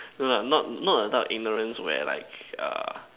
no no no not that type of ignorance where like uh